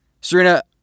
Serena